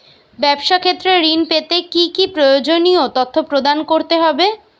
ব্যাবসা ক্ষেত্রে ঋণ পেতে কি কি প্রয়োজনীয় তথ্য প্রদান করতে হবে?